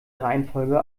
reihenfolge